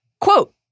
Quote